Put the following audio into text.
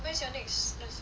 when's your next lesson